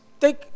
take